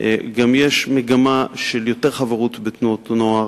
ויש מגמה של יותר חברות בתנועות נוער.